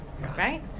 right